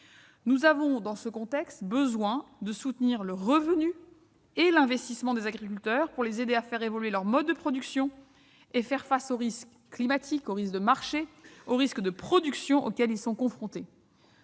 nous avons besoin de soutenir le revenu et l'investissement des agriculteurs pour les aider à faire évoluer leurs modes de production et faire face aux risques climatiques, de marché et de production auxquels ils sont confrontés.